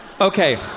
Okay